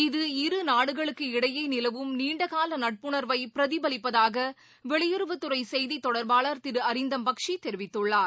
இது இருநாடுகளுக்கு இடையே நிலவும் நீண்ட கால நட்புணர்வை பிரதிபலிப்பதாக வெளியறவுத்துறை செய்தித் தொடர்பாளர் திரு அரிந்தம் பஷி தெரிவித்துள்ளார்